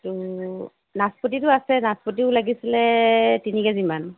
আৰু নাচপতিটো আছে নাচপতিও লাগিছিল তিনি কেজি মান